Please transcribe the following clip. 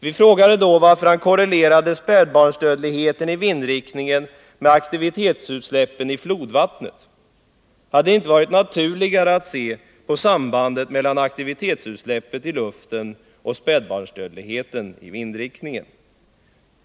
Vi frågade då varför han korrelerade spädbarnsdödligheten i vindriktningen med aktivitetsutsläppen i flodvattnet. Hade det inte varit naturligare att se på sambandet mellan aktivitetsutsläppet i luften och spädbarnsdödligheten i vindriktningen.